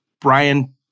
Brian